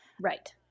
Right